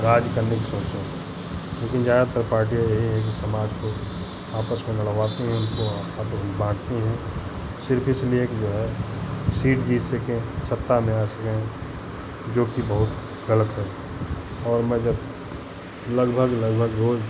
राज करने की सोचो लेकिन ज़्यादातर पार्टियाँ यही हैं कि समाज को आपस में लड़वाती हैं उनको आपस में बांटती हैं सिर्फ इसलिए कि जो है सीट जीत सकें सत्ता में आ सकें जोकि बहुत ग़लत हैं और मैं जब लगभग लगभग रोज़